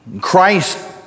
Christ